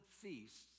feasts